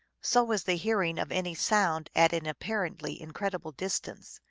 so was the hearing of any sound at an apparently incredible distance.